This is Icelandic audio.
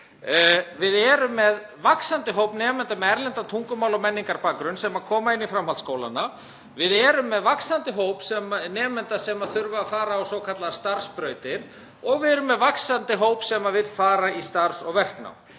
Við erum með vaxandi hóp nemenda með erlendan tungumála- og menningarbakgrunn sem koma inn í framhaldsskólana. Við erum með vaxandi hóp nemenda sem þurfa að fara á svokallaðar starfsbrautir og við erum með vaxandi hóp sem vill fara í starfs- og verknám.